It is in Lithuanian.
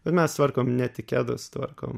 ir mes tvarkom ne tik kedus tvarkom